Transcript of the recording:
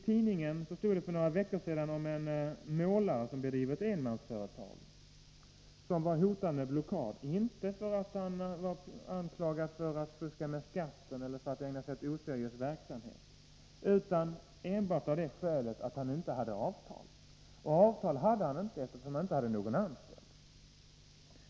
För några veckor sedan stod det i tidningen om en målare som driver ett enmansföretag och var hotad med blockad -— inte för att han var anklagad för att fuska med skatten eller för att ägna sig åt oseriös verksamhet, utan enbart av det skälet att han inte hade avtal. Han hade inget avtal, eftersom han inte hade någon anställd.